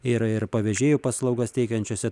ir ir pavėžėjų paslaugas teikiančiuose